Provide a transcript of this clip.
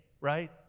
right